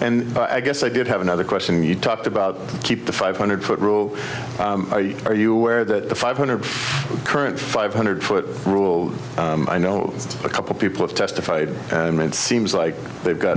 and i guess i did have another question you talked about keep the five hundred foot rule are you aware that the five hundred current five hundred foot rule i know a couple people have testified seems like they've got